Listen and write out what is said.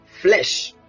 Flesh